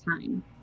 time